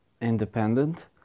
independent